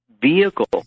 vehicle